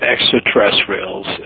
extraterrestrials